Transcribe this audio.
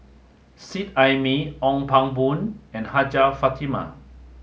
Seet Ai Mee Ong Pang Boon and Hajjah Fatimah